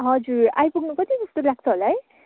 हजुर आइपुग्नु कति जस्तो लाग्छ होला है